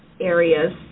areas